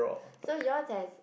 so yours has